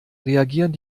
reagieren